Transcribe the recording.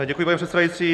Děkuji, pane předsedající.